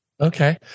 Okay